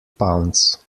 pounds